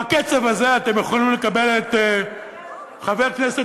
בקצב הזה אתם יכולים לקבל את חבר הכנסת